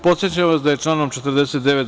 Podsećam vas da je članom 49.